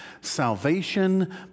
Salvation